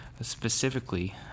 specifically